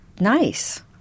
nice